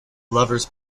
lover’s